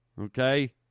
Okay